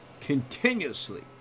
continuously